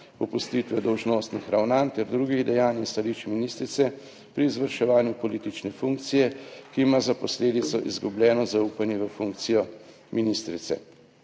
opustitve dolžnostnih ravnanj ter drugih dejanj in stališč ministrice pri izvrševanju politične funkcije, ki ima za posledico izgubljeno zaupanje v funkcijo ministrice,